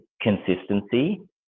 consistency